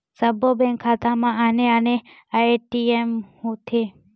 सब्बो बेंक खाता म आने आने एम.एम.आई.डी होथे